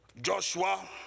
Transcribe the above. Joshua